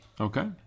okay